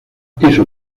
hizo